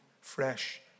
fresh